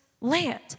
land